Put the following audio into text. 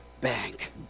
bank